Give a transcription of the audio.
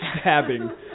stabbing